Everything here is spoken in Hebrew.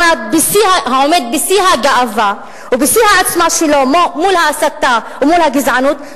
העומד בשיא הגאווה ובשיא העוצמה שלו מול ההסתה ומול הגזענות,